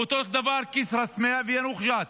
ואותו הדבר כסרא-סמיע ויאנוח-ג'ת.